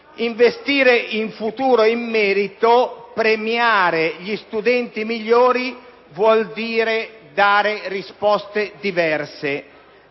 Investire in futuro e in merito, premiare gli studenti migliori vuol dire dare risposte diverse;